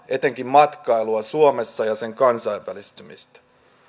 etenkin matkailua suomessa ja sen kansainvälistymistä